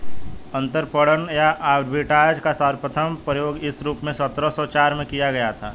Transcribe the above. अंतरपणन या आर्बिट्राज का सर्वप्रथम प्रयोग इस रूप में सत्रह सौ चार में किया गया था